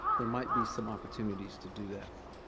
there might be some opportunities to do that.